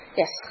yes